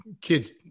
Kids